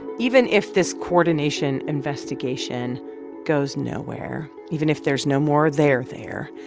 even if this coordination investigation goes nowhere, even if there's no more there there,